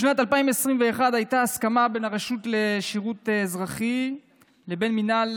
בשנת 2021 הייתה הסכמה בין הרשות לשירות אזרחי לבין מינהל